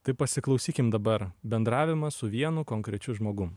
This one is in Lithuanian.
tai pasiklausykim dabar bendravimas su vienu konkrečiu žmogum